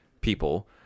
people